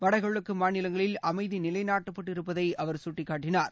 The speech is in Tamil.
வடகிழக்கு மாநிலங்களில் அமைதி நிலைநாட்டப்பட்டு இருப்பதை அவர் சுட்டிக்காட்டினார்